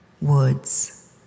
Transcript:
woods